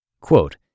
Quote